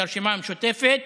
לרשימה המשותפת,